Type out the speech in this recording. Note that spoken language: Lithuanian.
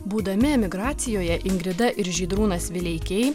būdami emigracijoje ingrida ir žydrūnas vileikiai